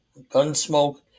Gunsmoke